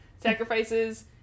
Sacrifices